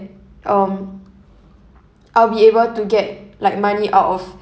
um I'll be able to get like money out of